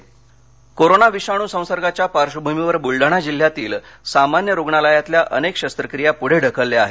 शस्त्रक्रिया कोरोना विषाणू संसर्गाच्या पार्श्वभूमीवर बुलडाणा जिल्हयातील सामान्य रुग्णालयातल्या अनेक शस्रक्रिया पुढे ढकलल्या आहेत